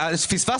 אתה לחלוטין צודק,